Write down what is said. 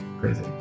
Crazy